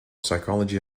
psychology